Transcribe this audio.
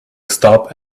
stop